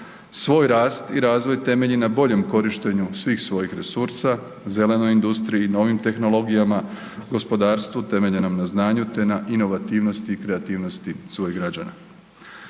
svoj rast i razvoj temelji na boljem korištenju svih svojih resursa, zelenoj industriji i novim tehnologijama, gospodarstvu utemeljenom na znanju, te na inovativnosti i kreativnosti svojih građana.